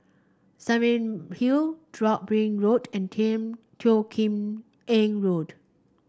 Hill drop bring Road and Teo Kim Eng Road